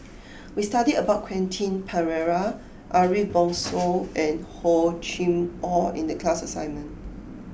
we studied about Quentin Pereira Ariff Bongso and Hor Chim Or in the class assignment